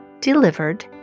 delivered